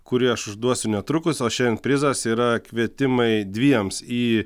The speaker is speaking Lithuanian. kurį aš užduosiu netrukus o šiandien prizas yra kvietimai dviems į